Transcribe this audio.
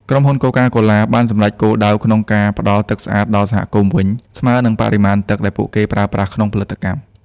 ក្រុមហ៊ុន កូកាកូឡា បានសម្រេចគោលដៅក្នុងការផ្តល់ទឹកស្អាតដល់សហគមន៍វិញ ស្មើនឹងបរិមាណទឹកដែលពួកគេប្រើប្រាស់ក្នុងផលិតកម្ម។